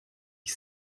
ich